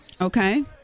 Okay